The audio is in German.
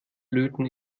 löten